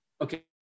okay